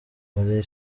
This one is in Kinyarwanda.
muri